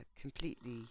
completely